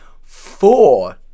four